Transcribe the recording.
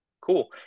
cool